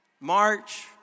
March